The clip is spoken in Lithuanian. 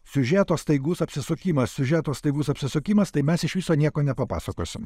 siužeto staigus apsisukimas siužeto staigus apsisukimas tai mes iš viso nieko nepapasakosim